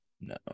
No